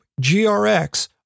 GRX